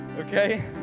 Okay